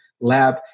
lab